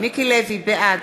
בעד